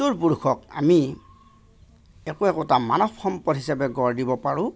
উত্তৰ পুৰুষক আমি একো একোটা মানৱ সম্পদ হিচাপে গঢ় দিব পাৰোঁ